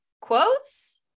quotes